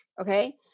Okay